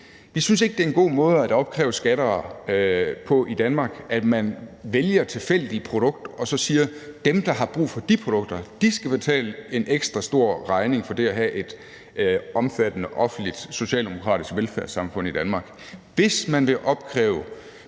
Vi synes ikke, det er en god måde at opkræve skatter på i Danmark, at man vælger tilfældige produkter og siger, at dem, der har brug for de produkter, skal betale en ekstra stor regning for det at have et omfattende offentligt socialdemokratisk velfærdssamfund i Danmark. Hvis man vil opkræve